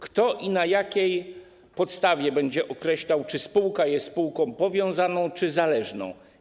Kto i na jakiej podstawie będzie określał, czy spółka jest spółką powiązaną czy zależną?